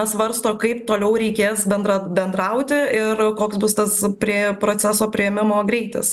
svarsto kaip toliau reikės bendra bendrauti ir koks bus tas prie proceso priėmimo greitis